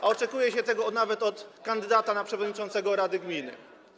A oczekuje się tego nawet od kandydata na przewodniczącego rady gminy.